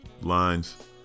lines